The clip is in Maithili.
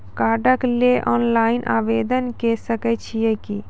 कार्डक लेल ऑनलाइन आवेदन के सकै छियै की?